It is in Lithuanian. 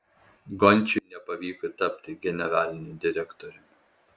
gončiui nepavyko tapti generaliniu direktoriumi